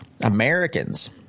americans